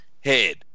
head